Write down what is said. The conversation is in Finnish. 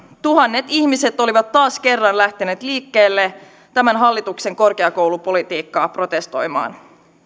tuhannet ihmiset olivat taas kerran lähteneet liikkeelle tämän hallituksen korkeakoulupolitiikkaa protestoimaan